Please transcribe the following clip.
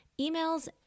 emails